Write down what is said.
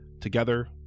Together